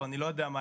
או אני לא יודע מה,